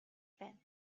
байна